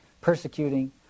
persecuting